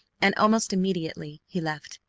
and almost immediately he left.